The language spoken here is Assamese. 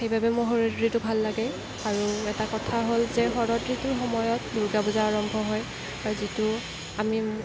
সেইবাবে মোৰ শৰত ঋতু ভাল লাগে আৰু এটা কথা হ'ল যে শৰত ঋতুৰ সময়ত দুৰ্গা পূজা আৰম্ভ হয় যিটো আমি